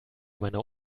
meiner